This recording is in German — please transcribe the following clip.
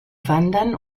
wandern